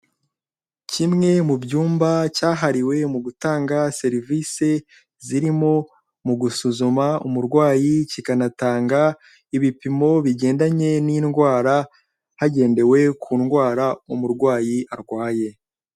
Kimwe mu byumba cyahariwe mu gutanga serivisi, zirimo mu gusuzuma umurwayi, kikanatanga ibipimo bijyanye n'uburwayi, hagendewe kundwara umurwayi arwaye.